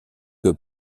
que